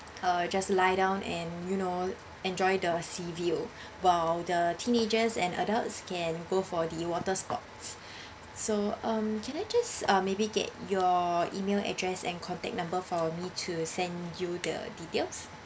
uh just lie down and you know enjoy the sea view while the teenagers and adults can go for the water sports so um can I just uh maybe get your email address and contact number for me to send you the details